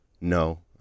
No